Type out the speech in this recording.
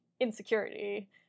insecurity